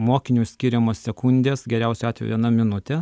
mokiniui skiriamos sekundės geriausiu atveju viena minutė